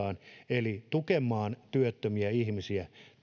eli tukemaan työttömiä ihmisiä